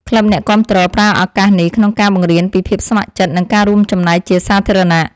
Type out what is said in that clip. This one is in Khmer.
ក្លឹបអ្នកគាំទ្រប្រើឱកាសនេះក្នុងការបង្រៀនពីភាពស្ម័គ្រចិត្ត និងការរួមចំណែកជាសាធារណៈ។